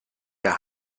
der